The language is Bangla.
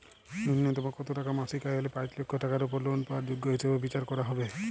ন্যুনতম কত টাকা মাসিক আয় হলে পাঁচ লক্ষ টাকার উপর লোন পাওয়ার যোগ্য হিসেবে বিচার করা হবে?